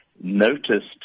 noticed